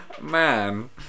man